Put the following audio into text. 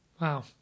Wow